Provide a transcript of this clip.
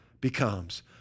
becomes